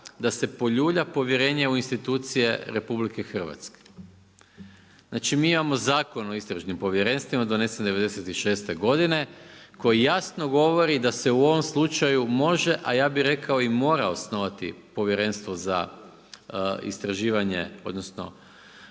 da se poljulja povjerenje u institucije RH. Znači mi imamo zakon o istražim povjerenstvima donesen '96. godine koji jasno govori da se u ovom slučaju može, a ja bi rekao i mora osnovati povjerenstvo za istraživanje odnosno